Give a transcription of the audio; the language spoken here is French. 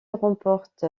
remporte